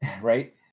Right